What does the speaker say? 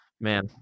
man